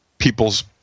people's